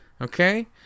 Okay